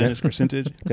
Percentage